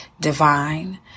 divine